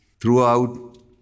Throughout